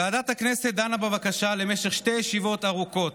ועדת הכנסת דנה בבקשה במשך שתי ישיבות ארוכות,